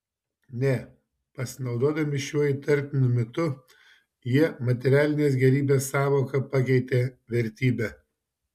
ne pasinaudodami šiuo įtartinu mitu jie materialinės gėrybės sąvoką pakeitė vertybe